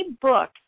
book